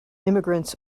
immigrants